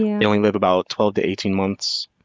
they only live about twelve to eighteen months.